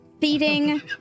feeding